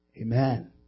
Amen